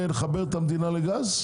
אם אתם לא מתחברים מכל מיני סיבות,